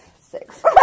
Six